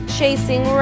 chasing